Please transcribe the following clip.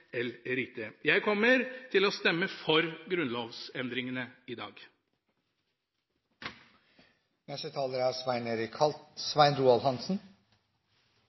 eller ikke. Jeg kommer til å stemme for grunnlovsendringene i dag.